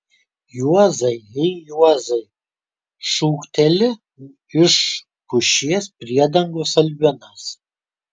juozai ei juozai šūkteli iš pušies priedangos albinas